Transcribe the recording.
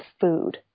food